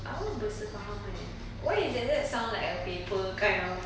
apa bersefahaman eh why is does that sound like a paper kind of